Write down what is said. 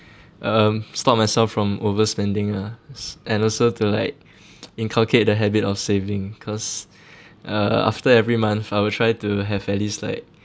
um stop myself from overspending ah and also to like inculcate the habit of saving cause uh after every month I will try to have at least like